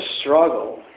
struggle